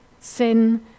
Sin